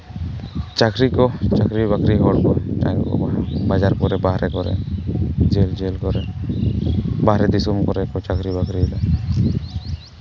ᱪᱟᱹᱠᱨᱤ ᱠᱚ ᱪᱟᱹᱠᱨᱤ ᱵᱟᱹᱠᱨᱤ ᱦᱚᱲ ᱠᱚ ᱵᱟᱡᱟᱨ ᱠᱚᱨᱮᱜ ᱵᱟᱦᱨᱮ ᱠᱚᱨᱮᱜ ᱡᱷᱟᱹᱞ ᱡᱷᱟᱹᱞ ᱠᱚᱨᱮᱜ ᱵᱟᱦᱨᱮ ᱫᱤᱥᱚᱢ ᱠᱚᱨᱮᱜ ᱠᱚ ᱪᱟᱹᱠᱨᱤ ᱵᱟᱹᱠᱨᱤᱭᱫᱟ